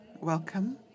Welcome